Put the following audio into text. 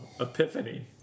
Epiphany